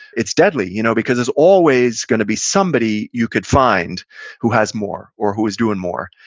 it's deadly you know because there's always going to be somebody you could find who has more or who is doing more.